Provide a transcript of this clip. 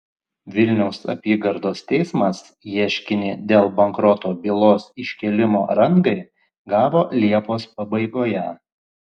vilniaus apygardos teismas ieškinį dėl bankroto bylos iškėlimo rangai gavo liepos pabaigoje